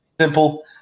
simple